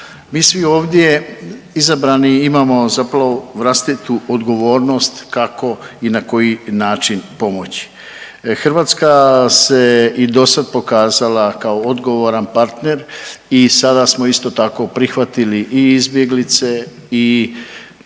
Mi svi ovdje izbrani imamo zapravo vlastitu odgovornost kako i na koji način pomoći. Hrvatska se i do sad pokazala kao odgovoran partner i sada smo isto tako prihvatili i izbjeglice i